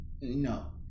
No